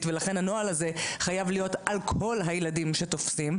ולכן הנוהל הזה חייב להיות על כל הילדים שתופסים